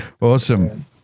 Awesome